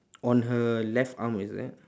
on her left arm is it